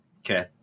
Okay